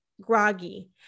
groggy